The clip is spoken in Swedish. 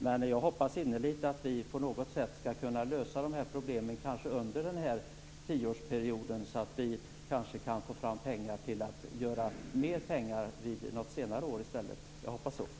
Men jag hoppas innerligt att vi på något sätt skall kunna lösa dessa problem under den här tioårsperioden så att vi kan få fram mer pengar litet senare i stället. Jag hoppas det.